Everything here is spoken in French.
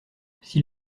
s’il